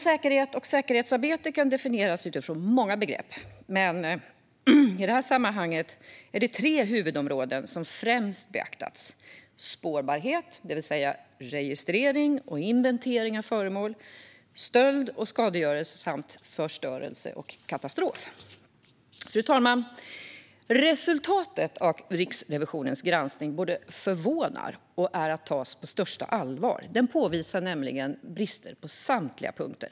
Säkerhet och säkerhetsarbete kan definieras utifrån många begrepp, men i det här sammanhanget är det tre huvudområden som främst beaktats: spårbarhet, det vill säga registrering och inventering av föremål, stöld och skadegörelse samt förstörelse och katastrof. Fru talman! Resultatet av Riksrevisionens granskning både förvånar och ska tas på största allvar. Granskningen påvisar nämligen brister på samtliga punkter.